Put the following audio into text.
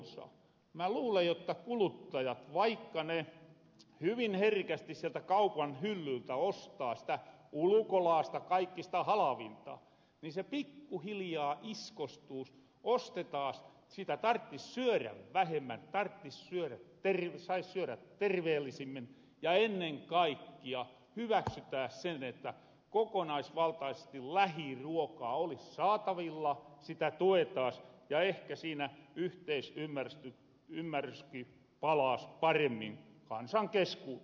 mä luulen jotta kuluttajille vaikka he hyvin herkästi sieltä kaupan hyllyiltä ostaa sitä ulukolaasta kaikista halavinta se pikkuhiljaa iskostuus ostetaas sitä tarttis syörä vähemmän sais syörä terveellisemmin ja ennen kaikkia hyväksyttääs se että kokonaisvaltaisesti lähiruokaa olis saatavilla sitä tuettas ja ehkä siinä yhteisymmärryski palaas paremmin kansan keskuuteen